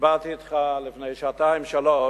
דיברתי אתך לפני שעתיים, שלוש